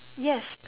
yes